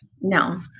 No